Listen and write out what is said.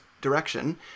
direction